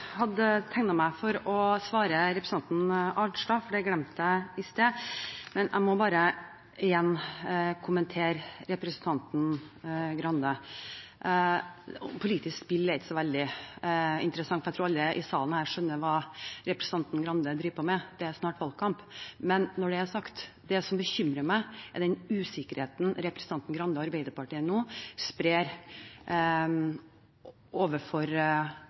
hadde tegnet meg for å svare representanten Arnstad, for det glemte jeg i sted, men jeg må bare igjen kommentere representanten Grande. Det med politisk spill er ikke så veldig interessant. Jeg tror alle i salen her skjønner hva representanten Grande driver på med. Det er snart valgkamp. Men når det er sagt: Det som bekymrer meg, er den usikkerheten representanten Grande og Arbeiderpartiet nå sprer overfor